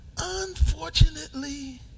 Unfortunately